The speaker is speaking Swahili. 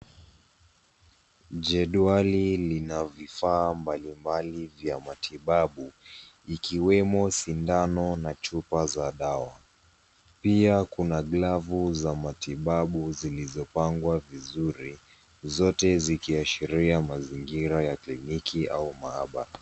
Jedwali lina vifaa mbalimbali vya matibabu, ikiwemo sindano na chupa za dawa. Pia kuna glavu za matibabu zilizopangwa vizuri, zote zikiashiria mazingira ya kliniki au maabara.